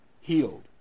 healed